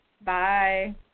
Bye